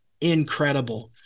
incredible